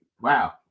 Wow